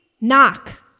knock